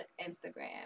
Instagram